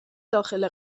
داخل